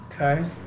Okay